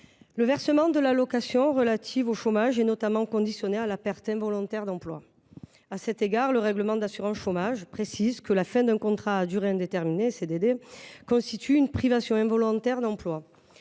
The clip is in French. le versement de l’allocation de chômage est notamment conditionné au caractère involontaire de la perte d’emploi. À cet égard, le règlement d’assurance chômage précise que la fin d’un contrat à durée déterminée constitue une privation involontaire d’emploi.